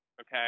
Okay